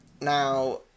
Now